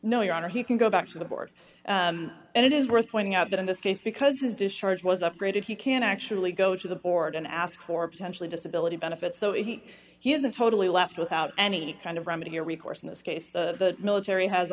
no your honor he can go back to the board and it is worth pointing out that in this case because his discharge was upgraded he can actually go to the board and ask for potentially disability benefits so he he isn't totally left without any kind of remedy or recourse in this case the military has